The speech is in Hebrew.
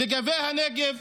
לגבי הנגב,